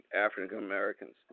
African-Americans